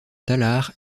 tallard